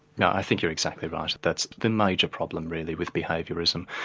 no, i think you're exactly right. that's the major problem really with behaviourism.